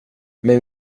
men